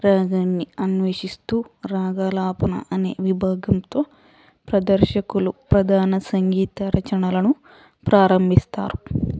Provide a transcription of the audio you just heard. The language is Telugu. రాగాన్ని అన్వేషిస్తూ రాగాలాపన అనే విభాగంతో ప్రదర్శకులు ప్రధాన సంగీత రచనలను ప్రారంభిస్తారు